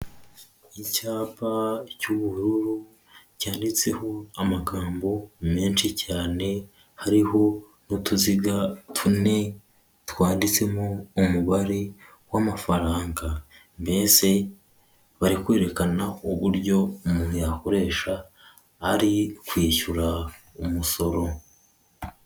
Icyapa cy'ubururu cyanditseho amagambo menshi cyane hariho n'utuziga tune twanditsemo umubare w'amafaranga. Mbese bari kwerekana uburyo umuntu yakoresha ari kwishyura umusoro.